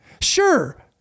Sure